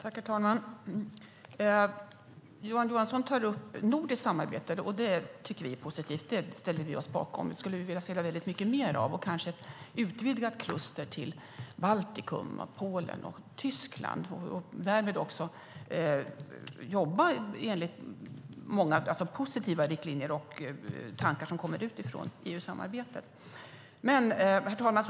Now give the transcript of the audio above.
Herr talman! Johan Johansson tar upp nordiskt samarbete, och det tycker vi är positivt och ställer oss bakom. Vi skulle vilja se mycket mer av det och kanske se ett utvidgat kluster till Baltikum, Polen och Tyskland och därmed också jobba enligt många positiva riktlinjer och tankar som kommer från EU-samarbetet. Herr talman!